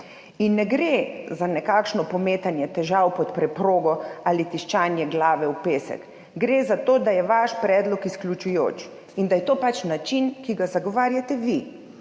In ne gre za nekakšno pometanje težav pod preprogo ali tiščanje glave v pesek, gre za to, da je vaš predlog izključujoč in da je to način, ki ga zagovarjate vi.